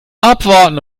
abwarten